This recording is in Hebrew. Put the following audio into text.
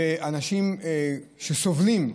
ואנשים שסובלים,